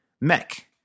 Mech